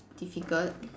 difficult